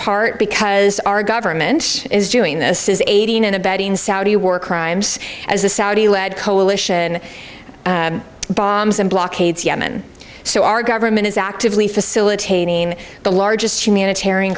part because our government is doing this is aiding and abetting saudi were crimes as a saudi led coalition bombs and blockades yemen so our government is actively facilitating the largest humanitarian